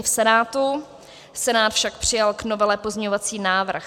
Senát však přijal k novele pozměňovací návrh.